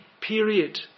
Period